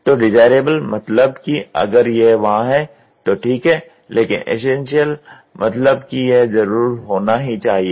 तो डिज़ायरेबल मतलब कि अगर यह वहां है तो ठीक है लेकिन एसेंशियल मतलब कि यह जरूर होना ही चाहिए